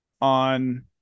on